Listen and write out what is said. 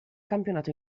campionato